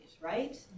right